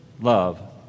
love